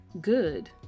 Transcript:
good